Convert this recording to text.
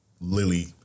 lily